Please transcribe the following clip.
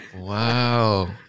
wow